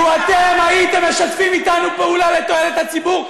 לו אתם הייתם משתפים איתנו פעולה לתועלת הציבור,